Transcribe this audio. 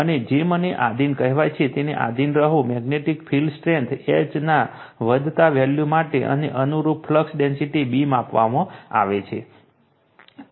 અને જે મને આધીન કહેવાય છે તેને આધીન રહો મેગ્નેટિક ફિલ્ડ સ્ટ્રેન્થ H ના વધતા વેલ્યુ માટે અને અનુરૂપ ફ્લક્સ ડેન્સિટી B માપવામાં આવે છે